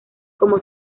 como